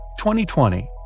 2020